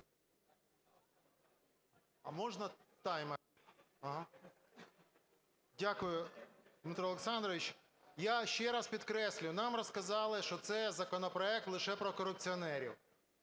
Дякую, Дмитро Олександрович. Я ще раз підкреслюю, нам розказали, що це законопроект лише про корупціонерів.